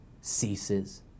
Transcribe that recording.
ceases